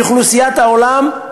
מאוכלוסיית העולם,